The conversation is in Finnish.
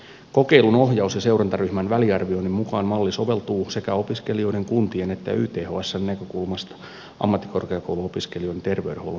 kokeilun ohjaus ja seurantaryhmän väliarvioinnin mukaan malli soveltuu sekä opiskelijoiden kuntien että ythsn näkökulmasta ammattikorkeakouluopiskelijoiden terveydenhuollon toteuttamismalliksi